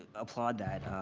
applaud that.